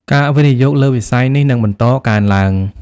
ការវិនិយោគលើវិស័យនេះនឹងបន្តកើនឡើង។